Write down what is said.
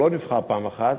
הוא לא נבחר פעם אחת.